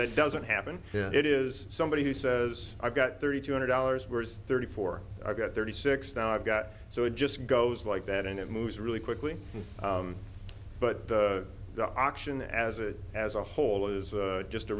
that doesn't happen it is somebody who says i've got thirty two hundred dollars worse thirty four i got thirty six now i've got so it just goes like that and it moves really quickly but the auction as a as a whole is just a